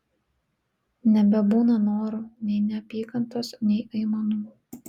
nebebūna norų nei neapykantos nei aimanų